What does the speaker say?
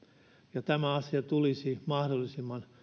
ja tämä asia tulisi mahdollisimman